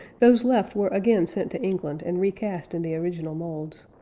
those left were again sent to england, and recast in the original moulds.